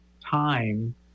time